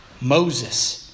Moses